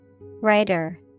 Writer